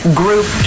group